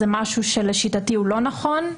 זה משהו שלשיטתי הוא לא נכון.